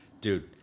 dude